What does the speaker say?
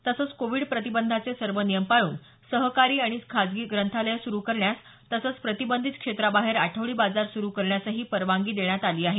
तसंच कोविड प्रतिबंधाचे सर्व नियम पाळून सरकारी आणि खासगी ग्रंथालयं सुरु करण्यास तसंच प्रतिबंधीत क्षेत्राबाहेर आठवडी बाजार सुरू करण्यासही परवानगी देण्यात आली आहे